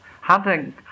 Hunting